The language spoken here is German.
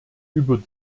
über